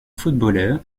footballeur